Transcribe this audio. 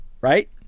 right